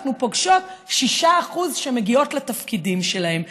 אנחנו פוגשות 6% שמגיעות לתפקידים שלהן.